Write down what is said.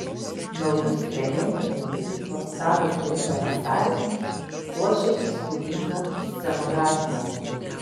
naujus legendinio miuziklo tadas blinda pastatymus puošia įspūdinga scenografija